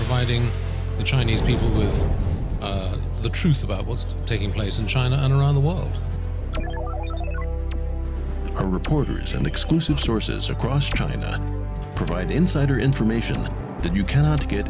fighting the chinese people is the truth about what's taking place in china and around the world are reporters and exclusive sources across china provide insider information that you cannot get